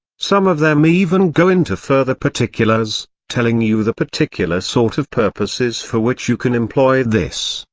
some of them even go into further particulars, telling you the particular sort of purposes for which you can employ this,